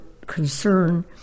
concern